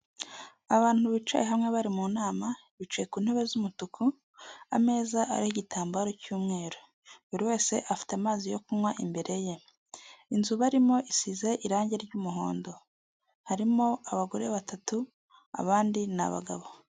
Abantu bicaye hamwe bari mu nama bicaye ku ntebe z'umutuku, ameza ariho itambaro cy'umweru, buri wese afite amazi yo kunywa imbere ye, inzu barimo isize irangi ry'umuhondo, harimo abagore batatu abandi ni abagabo.